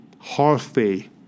halfway